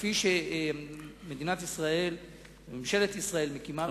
כפי שממשלת ישראל מקימה רשויות,